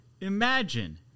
imagine